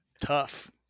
Tough